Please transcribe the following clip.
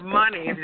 money